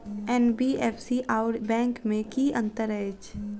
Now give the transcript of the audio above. NBFC आओर bank मे की अंतर अछि?